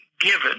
given